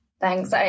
Thanks